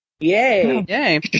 Yay